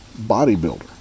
bodybuilder